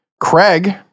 Craig